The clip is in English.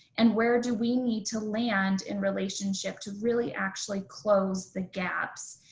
and where do we need to land in relationship to really actually close the gaps?